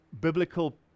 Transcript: biblical